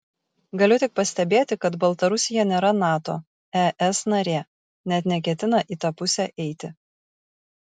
galiu tik pastebėti kad baltarusija nėra nato es narė net neketina į tą pusę eiti